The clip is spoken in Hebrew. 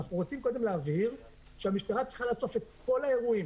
אנחנו רוצים קודם להבהיר שהמשטרה צריכה לאסוף את כל האירועים